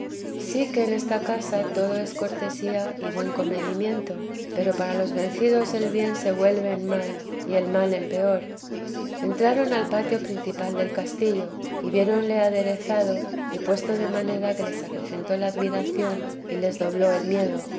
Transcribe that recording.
sí que en esta casa todo es cortesía y buen comedimiento pero para los vencidos el bien se vuelve en mal y el mal en peor entraron al patio principal del castillo y viéronle aderezado y puesto de manera que les acrecentó la admiración y les dobló el miedo